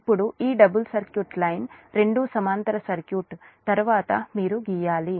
ఇప్పుడు ఈ double circuit line 2 సమాంతర సర్క్యూట్ తరువాత మీరు గీయాలి